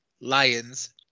Lions